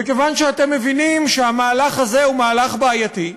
וכיוון שאתם מבינים שהמהלך הזה הוא מהלך בעייתי,